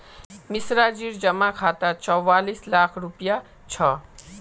मिश्राजीर जमा खातात चौवालिस लाख रुपया छ